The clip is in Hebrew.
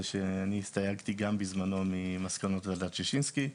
זה שאני הסתייגתי גם בזמנו ממסקנות ועדת ששינסקי.